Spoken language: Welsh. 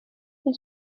bydd